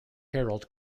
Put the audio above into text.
herald